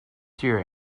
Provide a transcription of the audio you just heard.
deer